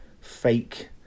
fake